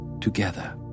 together